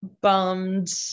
bummed